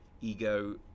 ego